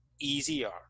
easier